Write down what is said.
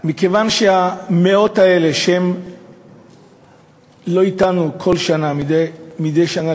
מכיוון שהמאות האלה, שהם לא אתנו, כל שנה ומדי שנה